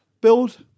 build